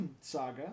Saga